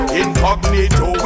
incognito